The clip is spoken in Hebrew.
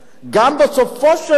בסופו של דבר,